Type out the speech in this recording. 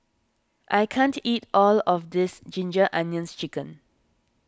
I can't eat all of this Ginger Onions Chicken